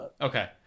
Okay